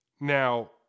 now